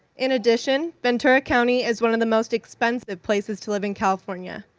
in addition, ventura county is one of the most expensive places to live in california.